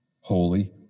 holy